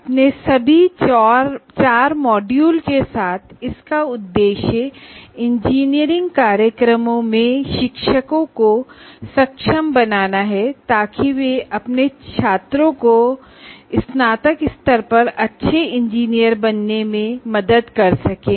अपने सभी चार मॉड्यूल के साथ इसका उद्देश्य इंजीनियरिंग प्रोग्राम में शिक्षकों को सक्षम बनाना है ताकि वे अपने छात्रों को स्नातक स्तर पर अच्छे इंजीनियर बनने में मदद कर सकें